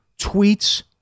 tweets